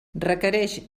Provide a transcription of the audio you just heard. requereix